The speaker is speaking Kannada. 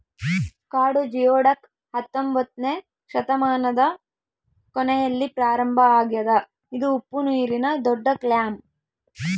ಕಾಡು ಜಿಯೊಡಕ್ ಹತ್ತೊಂಬೊತ್ನೆ ಶತಮಾನದ ಕೊನೆಯಲ್ಲಿ ಪ್ರಾರಂಭ ಆಗ್ಯದ ಇದು ಉಪ್ಪುನೀರಿನ ದೊಡ್ಡಕ್ಲ್ಯಾಮ್